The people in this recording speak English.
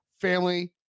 family